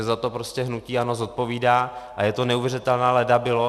Za to prostě hnutí ANO zodpovídá a je to neuvěřitelná ledabylost.